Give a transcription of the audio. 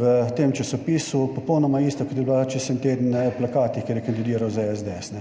v tem časopisu, popolnoma ista, kot je bila čez en teden na plakatih, kjer je kandidiral za SDS.